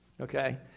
Okay